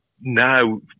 Now